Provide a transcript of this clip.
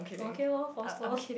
okay lor force lor